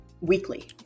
weekly